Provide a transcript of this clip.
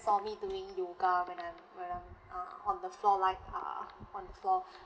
saw me doing yoga when I'm when I'm uh on the floor like uh on the floor